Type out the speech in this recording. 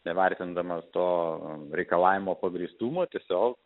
nevertindamas to reikalavimo pagrįstumo tiesiog